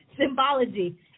Symbology